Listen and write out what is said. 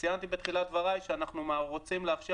ציינתי בתחילת דבריי שאנחנו רוצים לאפשר